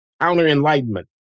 counter-enlightenment